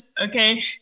Okay